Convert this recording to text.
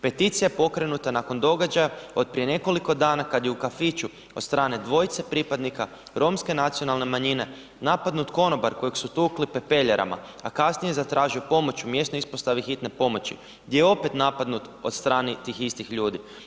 Peticija je pokrenuta nakon događaja od prije nekoliko dana kad je u kafiću od strane dvojice pripadnika romske nacionalne manjine napadnut konobar kojeg su tukli pepeljarama, a kasnije je zatražio pomoć u mjesnoj ispostavi hitne pomoći gdje je opet napadnut od strane tih istih ljudi.